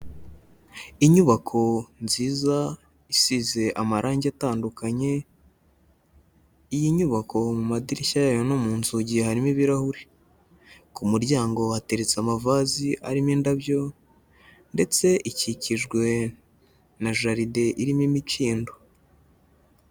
Inyubako nziza isize amarangi atandukanye, iyi inyubako mu madirishya yayo no mu nzugi harimo ibirahuri. Ku muryango hateretse amavazi arimo indabyo ndetse ikikijwe na jaride irimo imikindo.